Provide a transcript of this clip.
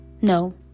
No